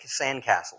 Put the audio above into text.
sandcastles